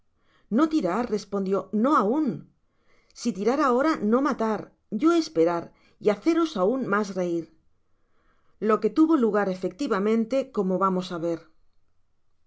no tirar respondio no aun si tirar ahora no matar yo esperar y haceros aun mas reir lo qne tuvo lugar efectivamente como vamos á ver